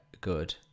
good